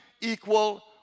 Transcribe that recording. equal